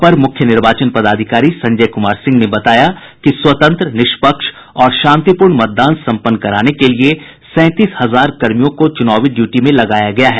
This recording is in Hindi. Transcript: अपर मुख्य निर्वाचन पदाधिकारी संजय कुमार सिंह ने बताया कि स्वतंत्र निष्पक्ष और शांतिपूर्ण मतदान सम्पन्न कराने के लिये सैंतीस हजार कर्मियों को चुनाव ड्यूटी में लगाया गया है